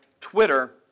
Twitter